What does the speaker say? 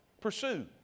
Pursue